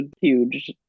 huge